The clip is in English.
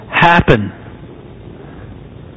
happen